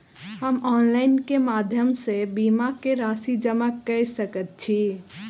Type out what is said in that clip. हम ऑनलाइन केँ माध्यम सँ बीमा केँ राशि जमा कऽ सकैत छी?